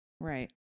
Right